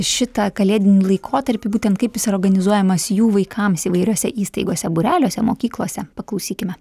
šitą kalėdinį laikotarpį būtent kaip jis organizuojamas jų vaikams įvairiose įstaigose būreliuose mokyklose paklausykime